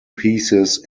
pieces